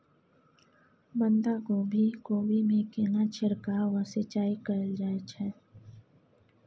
बंधागोभी कोबी मे केना छिरकाव व सिंचाई कैल जाय छै?